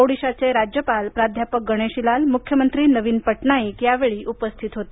ओडिशाचे राज्यपाल प्राध्यापक गणेशी लाल मुख्यमंत्री नवीन पटनाईक यावेळी उपस्थित होते